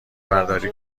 برداری